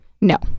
No